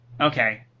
okay